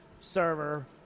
server